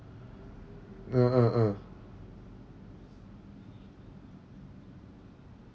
uh uh uh